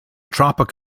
tropic